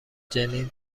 جنین